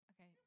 Okay